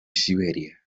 siberia